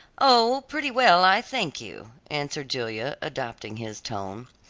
oh, pretty well, i thank you, answered julia, adopting his tone.